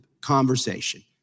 conversation